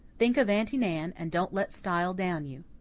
think of aunty nan and don't let style down you.